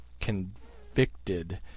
convicted